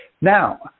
Now